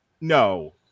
no